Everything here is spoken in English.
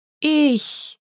Ich